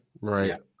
Right